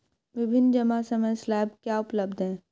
विभिन्न जमा समय स्लैब क्या उपलब्ध हैं?